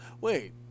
Wait